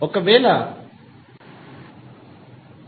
ఒకవేళ 2